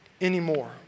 anymore